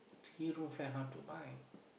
actually non fair harm to my